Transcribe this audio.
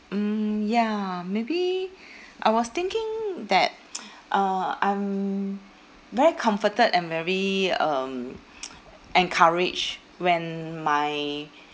mm ya maybe I was thinking that uh I'm very comforted and very um encouraged when my